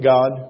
God